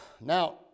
Now